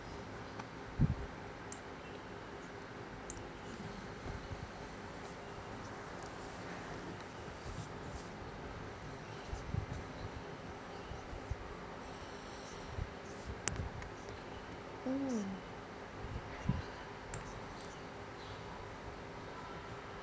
mm